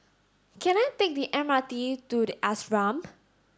can I take the M R T to The Ashram